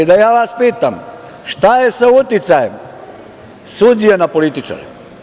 Da vas ja pitam, šta je sa uticajem sudija na političare?